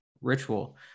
ritual